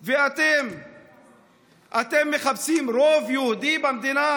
ואתם מחפשים רוב יהודי במדינה?